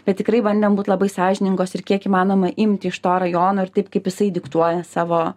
bet tikrai bandėm būt labai sąžiningos ir kiek įmanoma imti iš to rajono ir taip kaip jisai diktuoja savo